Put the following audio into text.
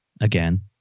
again